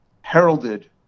heralded